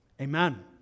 Amen